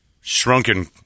Shrunken